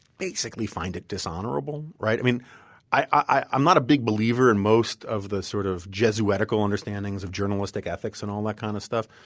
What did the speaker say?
basically find it dishonorable, right? i mean i'm not a big believer in most of the sort of jesuitical understandings of journalistic ethics and all that kind of stuff.